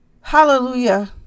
Hallelujah